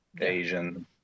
Asian